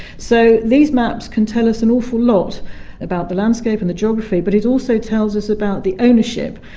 so these maps can tell us an awful lot about the landscape and the geography, but it also tells us about the ownership,